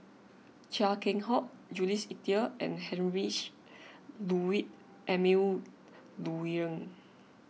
Chia Keng Hock Jules Itier and Heinrich Ludwig Emil Luering